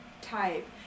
type